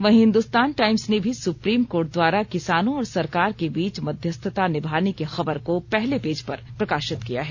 वहीं हिंदुस्तान टाइम्स ने भी सुप्रीम कोर्ट द्वारा किसानों और सरकार के बीच मध्यस्थता निभाने की खबर को पहले पेज पर प्रकाशित किया है